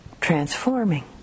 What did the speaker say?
transforming